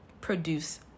produce